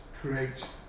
create